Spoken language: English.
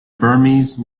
burmese